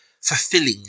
fulfilling